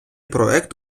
проект